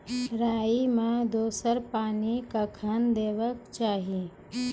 राई मे दोसर पानी कखेन देबा के चाहि?